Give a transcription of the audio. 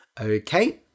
Okay